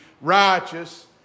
righteous